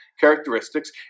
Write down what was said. characteristics